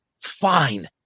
fine